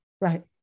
right